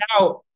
out